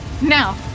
now